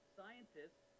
scientists